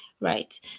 right